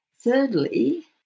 thirdly